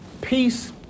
peace